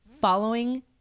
following